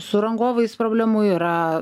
su rangovais problemų yra